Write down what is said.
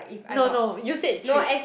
no no you said treat